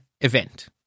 event